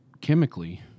chemically